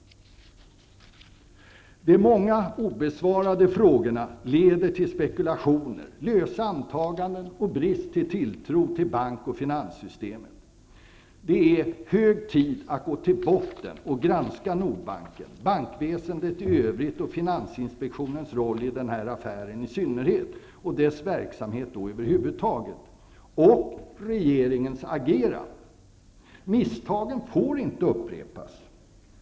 De många obesvarade frågorna leder till spekulationer, lösa antaganden och en brist på tilltro till bank och finanssystemet. Det är hög tid att gå till botten och granska Nordbanken, bankväsendet i övrigt samt finansinspektionens roll i den här affären i synnerhet och dess verksamhet över huvud taget -- men också regeringens agerande. Misstagen får inte upprepas.